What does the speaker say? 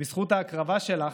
בזכות ההקרבה שלך,